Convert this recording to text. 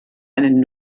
einen